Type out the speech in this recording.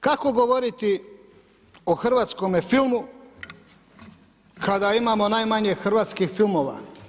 Kako govoriti o hrvatskome filmu kada imamo najmanje hrvatskih filmova?